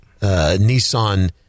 Nissan